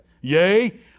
Yea